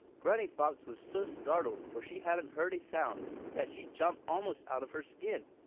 granny fox was so startled, for she hadn't heard a sound, that she jumped almost out of her skin.